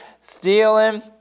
stealing